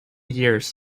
years